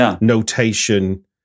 notation